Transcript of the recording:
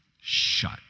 shut